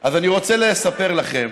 אז אני רוצה לספר לכם